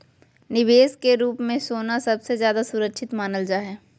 निवेश के रूप मे सोना सबसे ज्यादा सुरक्षित मानल जा हय